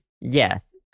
Yes